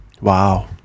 wow